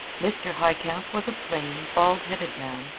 mr. highcamp was a plain, bald-headed man,